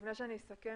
לפני שאני אסכם,